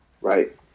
right